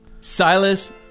Silas